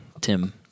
Tim